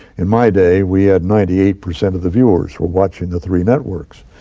in my day, we had ninety eight percent of the viewers watching the three networks.